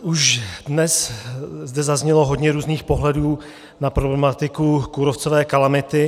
Už dnes zde zaznělo hodně různých pohledů na problematiku kůrovcové kalamity.